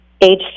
age